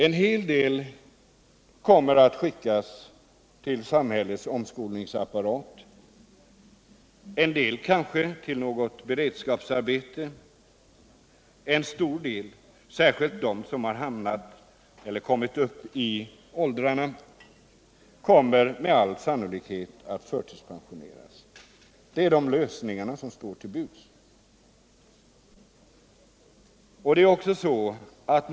En hel del av dem kommer att skickas till samhällets omskolningsapparat, en del kanske till något beredskapsarbete och en stor del — särskilt de som har kommit upp i ålder — kommer med all sannolikhet att förtidspensioneras. Det är de lösningar som står till buds.